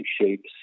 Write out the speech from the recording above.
shapes